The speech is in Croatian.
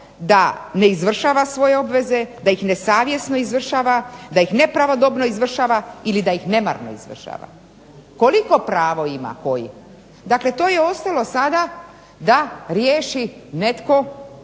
da ne izvršava svoje obveze, da ih nesavjesno izvršava, da ih nepravodobno izvršava ili da ih nemarno izvršava. Koliko pravo ima koji, dakle to je ostalo sada da riješi netko